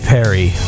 Perry